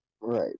Right